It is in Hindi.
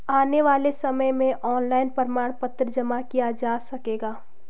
आने वाले समय में ऑनलाइन प्रमाण पत्र जमा किया जा सकेगा